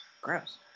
Gross